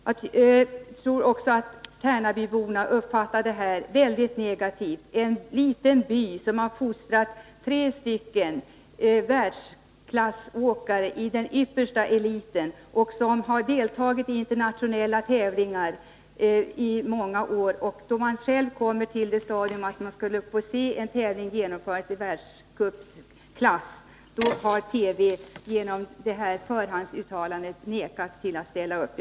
Jag tror också att tärnabyborna uppfattar detta som väldigt negativt. Det är fråga om en liten by, som fostrat tre åkare i världsklass i den yppersta eliten, vilka har deltagit i internationella tävlingar i många år. När man kommer till det stadiet att man skulle kunna få se en tävling i världscupsklass hemma vägrar TV genom detta förhandsuttalande att ställa upp.